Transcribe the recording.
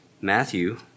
Matthew